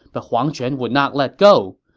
but huang quan would not let go.